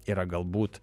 yra galbūt